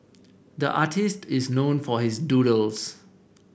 the artist is known for his doodles